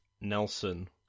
Nelson